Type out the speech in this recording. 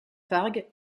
fargue